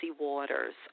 waters